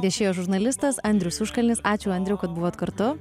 viešėjo žurnalistas andrius užkalnis ačiū andriau kad buvot kartu